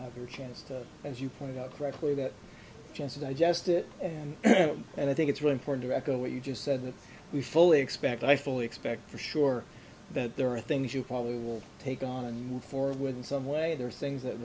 your chance to as you point out correctly that chance to digest it and i think it's really important to record what you just said that we fully expect i fully expect for sure that there are things you probably will take on and move forward in some way there are things that